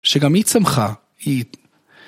שגם היא צמחה.